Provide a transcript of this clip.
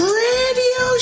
radio